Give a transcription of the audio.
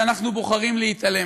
שאנחנו בוחרים להתעלם.